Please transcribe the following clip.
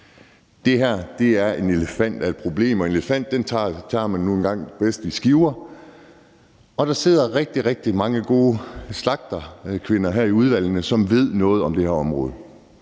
Det her er en elefant af et problem, og en elefant spiser man nu engang bedst i skiver. Og der sidder rigtig, rigtig mange gode slagterkvinder her i udvalgene, som ved noget om det her område